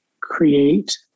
create